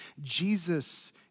Jesus